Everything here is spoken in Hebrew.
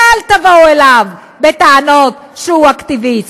ואל תבואו אליו בטענות שהוא אקטיביסט,